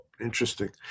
Interesting